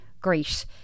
great